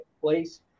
place